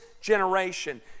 generation